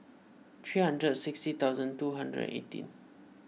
three hundred and sixty thousand two hundred and eighteen